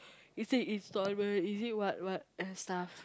is it installment is it what what and stuff